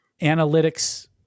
analytics